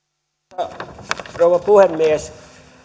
arvoisa rouva puhemies